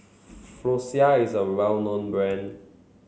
Floxia is a well known brand